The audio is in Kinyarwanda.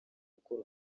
gukora